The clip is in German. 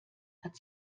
hat